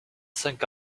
cinq